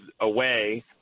away